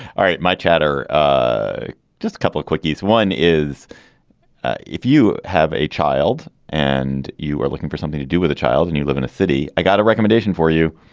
all right. my chatter. just a couple of quickies. one is if you have a child and you are looking for something to do with a child and you live in a city. i got a recommendation for you.